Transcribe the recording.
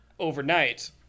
overnight